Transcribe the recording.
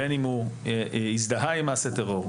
בין אם הוא הזדהה עם מעשה טרור,